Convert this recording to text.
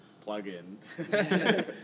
plug-in